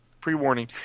pre-warning